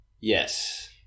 Yes